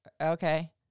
Okay